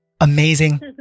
Amazing